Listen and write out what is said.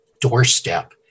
doorstep